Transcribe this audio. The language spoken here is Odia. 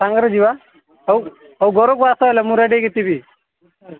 ସାଙ୍ଗରେ ଯିବା ହଉ ହଉ ଘରକୁ ଆସ ହେଲେ ମୁଁ ରେଡ଼ି ହେଇକି ଥିବି